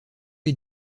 les